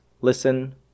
listen